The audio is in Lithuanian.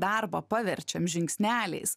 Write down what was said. darbą paverčiam žingsneliais